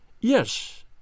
Yes